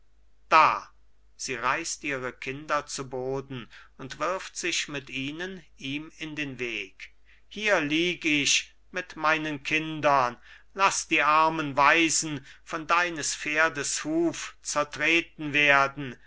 da sie reißt ihre kinder zu boden und wirft sich mit ihnen ihm in den weg hier lieg ich mit meinen kindern lass die armen waisen von deines pferdes huf zertreten werden